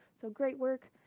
so great work.